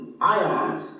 ions